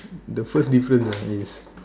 the first difference ah is